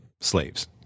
slaves